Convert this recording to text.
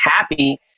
happy